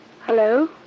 Hello